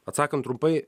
atsakant trumpai